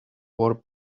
war